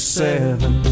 seven